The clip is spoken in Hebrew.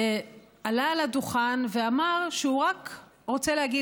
הוא עלה על הדוכן ואמר שהוא רק רוצה להגיד